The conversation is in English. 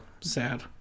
sad